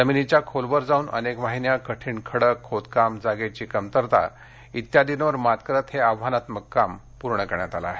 जमिनीच्या खोलवर जाऊन अनेक वाहिन्या कठीण खडक खोदकाम जागेची कमतरता आदींवर मात करत हे आव्हानात्मक काम पूर्ण करण्यात आल आहे